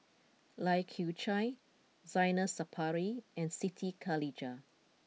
Lai Kew Chai Zainal Sapari and Siti Khalijah